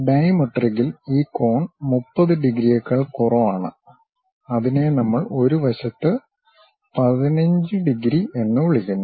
ഡൈമെട്രിക്കിൽ ഈ കോൺ 30 ഡിഗ്രിയേക്കാൾ കുറവാണ് അതിനെ നമ്മൾ ഒരു വശത്ത് 15 ഡിഗ്രി എന്ന് വിളിക്കുന്നു